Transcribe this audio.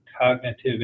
cognitive